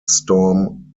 storm